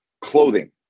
clothing